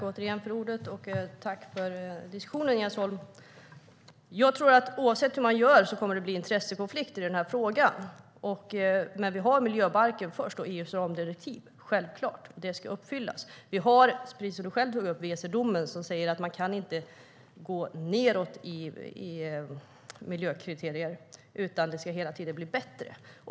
Herr talman! Tack för diskussionen, Jens Holm! Jag tror att det kommer att bli intressekonflikter i frågan oavsett hur man gör. Vi har miljöbalken och EU:s ramdirektiv först, och de ska självklart uppfyllas. Precis som du själv tog upp har vi Weserdomen, som säger att man inte kan gå nedåt i miljökriterier. Det ska hela tiden bli bättre.